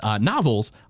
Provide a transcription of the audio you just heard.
novels